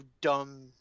dumb –